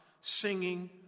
singing